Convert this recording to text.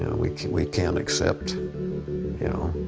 ah we we can't accept you know